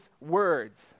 words